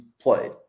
played